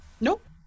nope